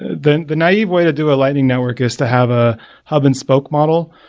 the the naive way to do a lighting network is to have a hub and spoke model.